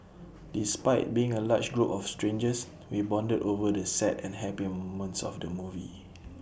despite being A large group of strangers we bonded over the sad and happy moments of the movie